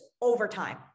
overtime